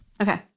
Okay